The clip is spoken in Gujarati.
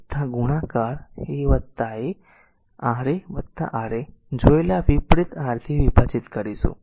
બધા ગુણાકાર a a a R a r R a જોયેલા વિપરીત R થી વિભાજીત કરીશું